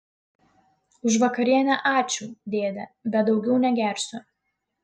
už vakarienę ačiū dėde bet daugiau negersiu